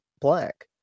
black